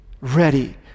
ready